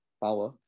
power